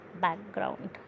background